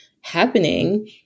happening